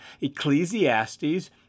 Ecclesiastes